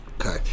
Okay